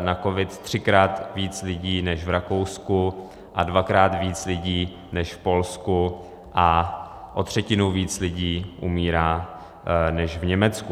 na covid třikrát víc lidí než v Rakousku a dvakrát víc lidí než v Polsku a o třetinu víc lidí umírá než v Německu.